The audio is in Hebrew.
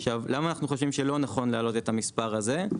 למה לא נכון לדעתנו להעלות את המספר הזה?